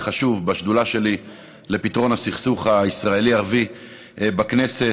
וחשוב בשדולה שלי לפתרון הסכסוך הישראלי ערבי בכנסת,